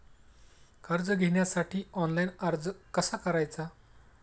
कर्ज घेण्यासाठी ऑनलाइन अर्ज कसा करायचा?